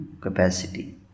capacity